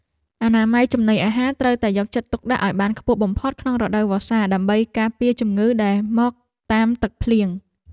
អនាម័យចំណីអាហារត្រូវតែយកចិត្តទុកដាក់ឱ្យបានខ្ពស់បំផុតក្នុងរដូវវស្សាដើម្បីការពារជំងឺដែលមកតាមទឹកភ្លៀង។